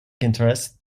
interest